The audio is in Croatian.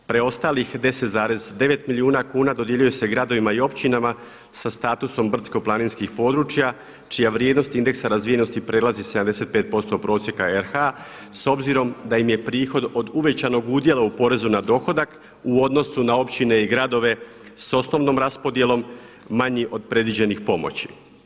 Preostalih 10,9 milijuna kuna dodjeljuje se gradovima i općinama sa statusom brdsko-planinskih područja čija vrijednost indeksa razvijenosti prelazi 75% prosjeka RH s obzirom da im je prihod od uvećanog udjela u porezu na dohodak, u odnosu na općine i gradove sa osnovnom raspodjelom manji od predviđenih pomoći.